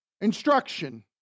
instruction